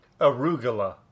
Arugula